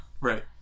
right